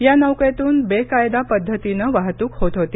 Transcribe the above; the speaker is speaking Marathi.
या नौकेतून बेकायदा पद्धतीनं वाहतूक होत होती